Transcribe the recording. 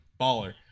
baller